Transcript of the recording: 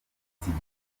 igihe